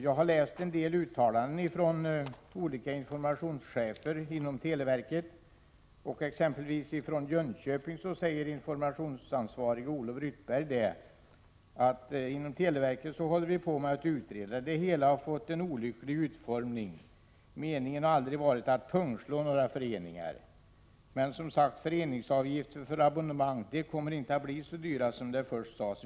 Jag har läst en del uttalanden från olika informationschefer inom televerket. Olof Ryttberg, informationsansvarig hos televerket i Jönköping, säger: ”Inom televerket håller vi på att utreda. Det hela har fått en olycklig utformning. Meningen har aldrig varit att pungslå några föreningar. ——— Men som sagt, föreningsavgifter för abonnemang de kommer inte att bli så dyra som det först sas.